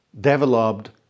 developed